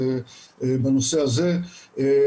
בנושא הזה,